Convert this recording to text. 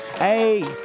Hey